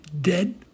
dead